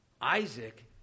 Isaac